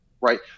Right